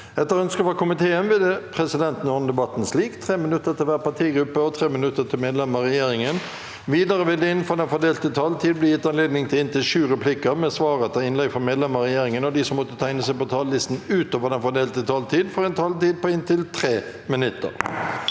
forsvarskomiteen vil presidenten ordne debatten slik: 3 minutter til hver partigruppe og 3 minutter til medlemmer av regjeringen. Videre vil det – innenfor den fordelte taletid – bli gitt anledning til inntil sju replikker med svar etter innlegg fra medlemmer av regjeringen. De som måtte tegne seg på talerlisten utover den fordelte taletid, får også en taletid på inntil 3 minutter.